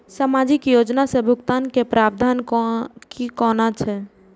सामाजिक योजना से भुगतान के प्रावधान की कोना छै?